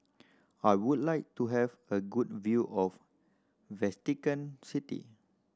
I would like to have a good view of Vatican City